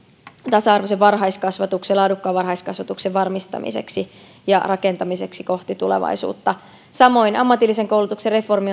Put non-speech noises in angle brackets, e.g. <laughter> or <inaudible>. tasa arvoisen varhaiskasvatuksen laadukkaan varhaiskasvatuksen varmistamiseksi ja rakentamiseksi kohti tulevaisuutta samoin ammatillisen koulutuksen reformi <unintelligible>